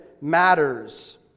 matters